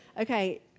okay